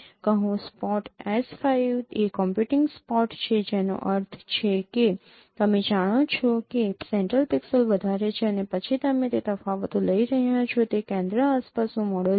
કહો spot S5 એ computing spot છે જેનો અર્થ છે કે તમે જાણો છો કે સેન્ટ્રલ પિક્સેલ વધારે છે અને પછી તમે તે તફાવતો લઈ રહ્યા છો તે કેન્દ્ર આસપાસનું મોડેલ છે